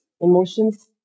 Emotions